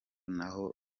naho